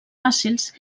fàcils